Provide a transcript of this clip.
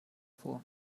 vor